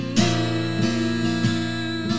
new